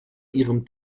ihrem